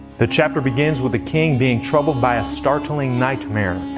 the chapter begins with the king being troubled by a startling nightmare.